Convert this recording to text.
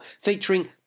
featuring